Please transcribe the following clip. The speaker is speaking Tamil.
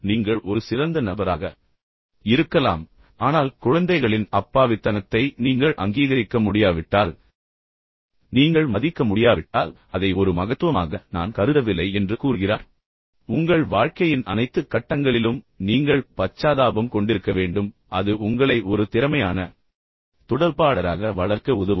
எனவே நீங்கள் ஒரு சிறந்த நபராக இருக்கலாம் ஆனால் குழந்தைகளின் அப்பாவித்தனத்தை நீங்கள் அங்கீகரிக்க முடியாவிட்டால் பின்னர் நீங்கள் மதிக்க முடியாவிட்டால் அதை ஒரு மகத்துவமாக நான் கருதவில்லை என்று கூறுகிறார் இதன் பொருள் உங்கள் வாழ்க்கையின் அனைத்து கட்டங்களிலும் நீங்கள் பச்சாதாபம் கொண்டிருக்க வேண்டும் அது உங்களை ஒரு திறமையான தொடர்பாளராக வளர்க்க உதவும்